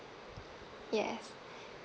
yes